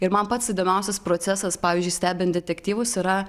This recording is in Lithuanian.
ir man pats įdomiausias procesas pavyzdžiui stebint detektyvus yra